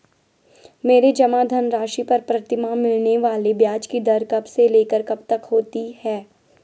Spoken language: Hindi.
मेरे जमा धन राशि पर प्रतिमाह मिलने वाले ब्याज की दर कब से लेकर कब तक होती है?